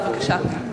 בבקשה.